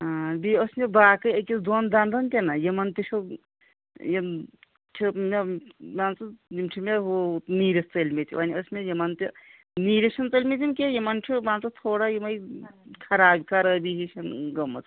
بیٚیہِ ٲس مےٚ باقٕے أکِس دۄن دَنٛدَن تہِ نہ یِمَن تہِ چھُ یِم چھِ مےٚ مان ژٕ یِم چھِ مےٚ ہُہ نیٖرِتھ ژٔلۍ مٕتۍ وۄنۍ ٲس مےٚ یِمَن تہِ نیٖرِتھ چھِنہٕ ژٔلۍ مٕتۍ یِم کینٛہہ یِمَن چھُ مان ژٕ تھوڑا یِمٕے خراب خرٲبی ہِش گٔمٕژ